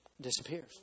disappears